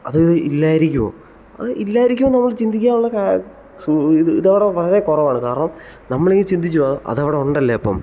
അത് ഇല്ലായിരിക്കുമോ അത് ഇല്ലായിരിക്കുമോയെന്ന് നമ്മൾ ചിന്തിക്കാനുള്ള ഇതവിടെ വളരെ കുറവാണ് കാരണം നമ്മളീ ചിന്തിച്ച് പോകും അതവിടെ ഉണ്ടല്ലേ അപ്പം